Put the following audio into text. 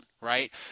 right